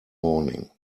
morning